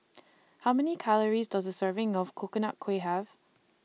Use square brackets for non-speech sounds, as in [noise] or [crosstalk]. [noise] How Many Calories Does A Serving of Coconut Kuih Have